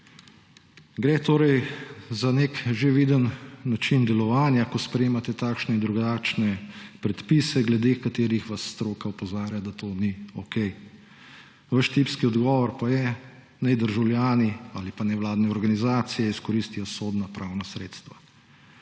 Gre torej za nek že viden način delovanja, ko sprejemate takšne in drugačne predpise, glede katerih vas stroka opozarja, da to ni okej. Vaš tipski odgovor pa je, naj državljani ali pa nevladne organizacije izkoristijo sodno-pravna sredstva.